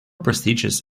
prestigious